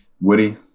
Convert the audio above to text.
Woody